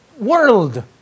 world